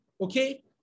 okay